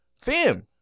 fam